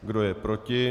Kdo je proti?